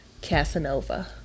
Casanova